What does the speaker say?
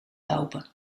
lopen